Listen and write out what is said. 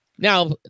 Now